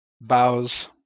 bows